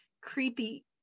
creepy